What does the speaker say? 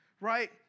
right